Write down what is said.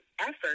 effort